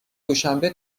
دوشنبه